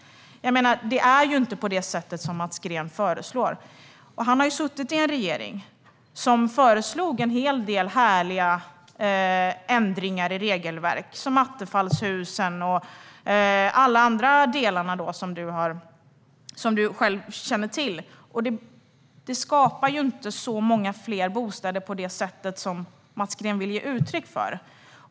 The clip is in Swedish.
Det är inte på det sätt som Mats Green säger. Han har suttit i en regering som föreslog en hel del härliga ändringar i regelverket, såsom Attefallshusen och alla andra delar som han själv känner till. Detta skapar inte så många fler bostäder på det sätt som Mats Green vill ge uttryck för.